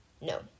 No